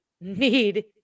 need